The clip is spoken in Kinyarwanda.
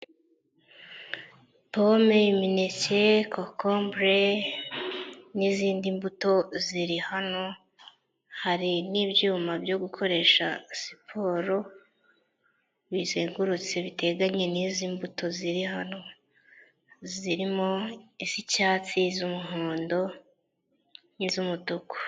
Pome imiineke, kokombure n'izindi mbuto ziri hano, hari n'ibyuma byo gukoresha siporo bizengurutse biteganye, n'izi mbuto ziri hano zirimo iz'icyatsi z'umuhondo n'iz'umutuku.